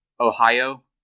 Ohio